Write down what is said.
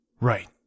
Right